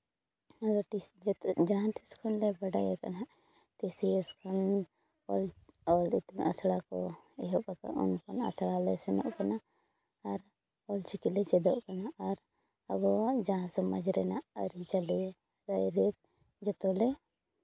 ᱡᱟᱦᱟᱸ ᱛᱤᱥ ᱠᱷᱚᱱᱞᱮ ᱵᱟᱰᱟᱭ ᱟᱠᱟᱫᱼᱟ ᱴᱤ ᱥᱤ ᱮᱥ ᱠᱷᱚᱱ ᱚᱞ ᱤᱛᱩᱱ ᱟᱥᱲᱟ ᱠᱚ ᱮᱦᱚᱵ ᱟᱠᱟᱫᱼᱟ ᱩᱱ ᱠᱷᱚᱱ ᱟᱥᱲᱟ ᱞᱮ ᱥᱮᱱᱚᱜ ᱠᱟᱱᱟ ᱟᱨ ᱚᱞᱪᱤᱠᱤ ᱞᱮ ᱪᱮᱫᱚᱜ ᱠᱟᱱᱟ ᱟᱨ ᱟᱵᱚᱣᱟᱜ ᱡᱟᱦᱟᱸ ᱥᱚᱢᱟᱡᱽ ᱨᱮᱱᱟᱜ ᱟᱹᱨᱤᱪᱟᱹᱞᱤ ᱨᱟᱭᱨᱤᱛ ᱡᱚᱛᱚᱞᱮ